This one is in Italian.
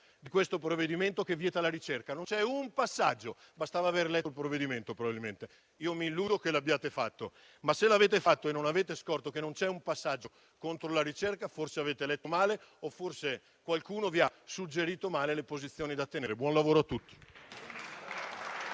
di questo provvedimento, infatti, che vieta la ricerca. Sarebbe bastato leggere il provvedimento, probabilmente. Io mi illudo che l'abbiate fatto, ma se l'avete fatto e non avete scorto che non c'è un passaggio contro la ricerca, forse avete letto male o forse qualcuno vi ha suggerito male le posizioni da tenere. Buon lavoro a tutti.